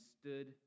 stood